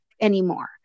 anymore